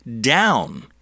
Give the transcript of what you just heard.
down